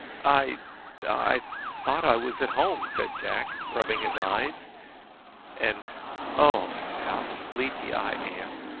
i i thought i was at home, said jack, rubbing his eyes and oh! how sleepy i am.